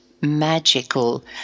magical